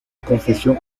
confesión